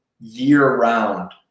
year-round